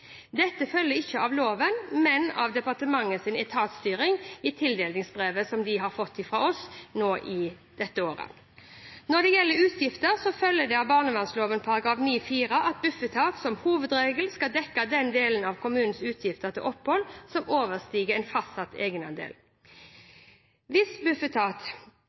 Dette følger ikke av loven, men av departementets etatsstyring i tildelingsbrevet som de har fått fra oss i år. Når det gjelder utgiftene, følger det av barnevernsloven § 9–4 at Bufetat som hovedregel skal dekke den delen av kommunens utgifter til oppholdet som overstiger en fastsatt egenandel. Hvis